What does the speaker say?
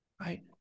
Right